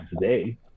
today